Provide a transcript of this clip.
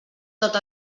tot